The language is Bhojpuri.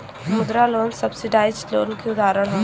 मुद्रा लोन सब्सिडाइज लोन क उदाहरण हौ